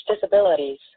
disabilities